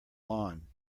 lawn